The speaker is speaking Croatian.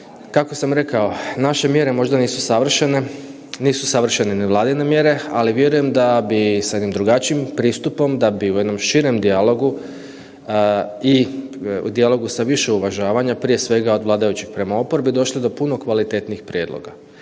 kako sam rekao naše mjere možda nisu savršene, nisu savršene ni Vladine mjere ali vjerujem da bi sa jednim drugačijim pristupom, da bi u jednom širem dijalogu i u dijalogu sa više uvažavanja prije svega od vladajućih prema oporbi došli do puno kvalitetnijih prijedloga.